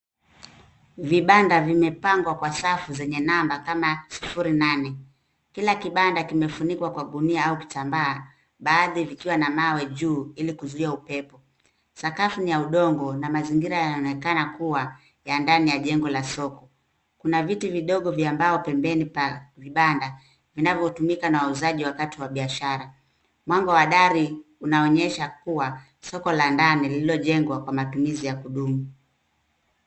Vibanda vimepangwa kwa safu zenye namba kama sufuri, nane. Kila kibanda kimefunikwa kwa gunia au kitambaa, baadhi vikiwa na mawe juu ili kuzuia upepo. Sakafu ni ya udongo, na mazingira yanaonekana kuwa ya ndani ya jengo la soko. Kuna viti vidogo vya mbao pembeni mwa vibanda, vinavyotumika na wauzaji wakati wa biashara. Mwanga wa dari unaonyesha kuwa soko la ndani lililojengwa kwa kwa matumizi ya kudumu.